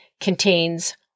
contains